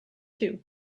too